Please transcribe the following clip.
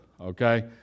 okay